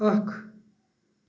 اکھ